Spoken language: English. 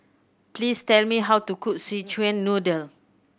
please tell me how to cook Szechuan Noodle